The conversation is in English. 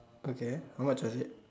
okay how much is it